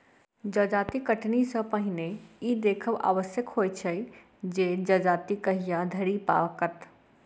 जजाति कटनी सॅ पहिने ई देखब आवश्यक होइत छै जे जजाति कहिया धरि पाकत